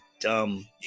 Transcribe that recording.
dumb